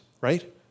right